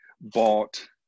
bought